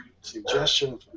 suggestion